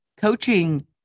Coaching